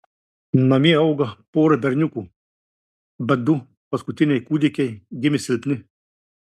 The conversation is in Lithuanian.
namie auga pora berniukų bet du paskutiniai kūdikiai gimė silpni